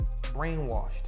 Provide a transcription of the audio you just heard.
brainwashed